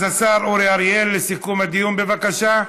אז השר אורי אריאל, לסיכום הדיון, בבקשה,